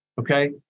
okay